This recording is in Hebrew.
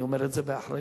אני אומר את זה באחריות